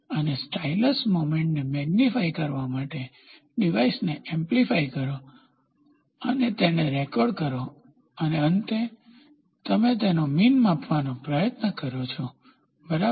અને stylus moment ને magnify કરવા માટે ડીવાઈસને એમ્પ્લીફાઇ કરો અને તેને રેકોર્ડ કરો અને અંતે તમે તેનો મીન માપવાનો પ્રયત્ન કરો બરાબર